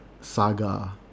Saga